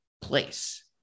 place